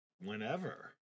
whenever